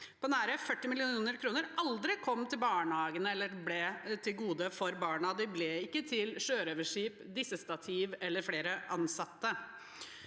på nært 40 mill. kr aldri kom til barnehagene eller ble til gode for barna. Det ble ikke til sjørøverskip, dissestativ eller flere ansatte.